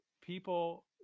people